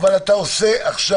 אבל אתה עושה עכשיו,